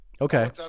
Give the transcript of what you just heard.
Okay